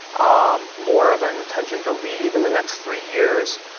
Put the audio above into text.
um more of an intention to leave in the next three years,